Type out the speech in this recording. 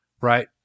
right